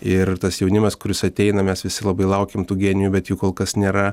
ir tas jaunimas kuris ateina mes visi labai laukiam tų genijų bet jų kol kas nėra